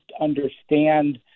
understand